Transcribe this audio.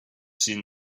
seen